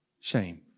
Shame